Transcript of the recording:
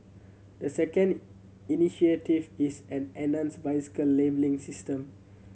the second initiative is an enhanced bicycle labelling system